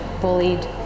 bullied